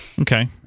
okay